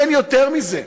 אין יותר מזה.